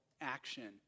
action